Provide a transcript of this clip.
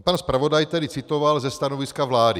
Pan zpravodaj tedy citoval ze stanoviska vlády.